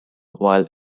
while